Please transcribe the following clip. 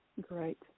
Great